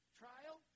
trial